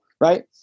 right